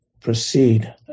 proceed